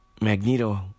Magneto